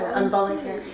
i'm volunteering.